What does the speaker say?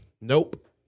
Nope